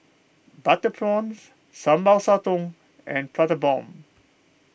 Butter Prawns Sambal Sotong and Prata Bomb